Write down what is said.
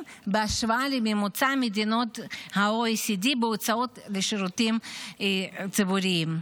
בהשוואה לממוצע מדינות ה-OECD בהוצאות על שירותים ציבוריים.